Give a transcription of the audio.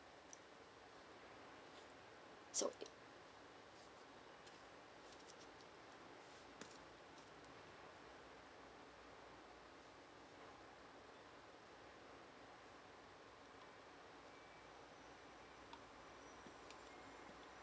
so